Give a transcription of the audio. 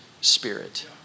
Spirit